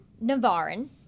navarin